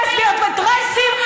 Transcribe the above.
לסביות וטרנסים,